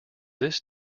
this